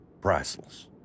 priceless